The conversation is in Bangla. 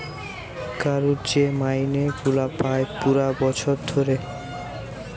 কারুর যে মাইনে গুলা পায় পুরা বছর ধরে